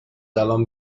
الان